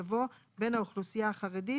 יבוא "בן האוכלוסיה החרדית,